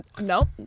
No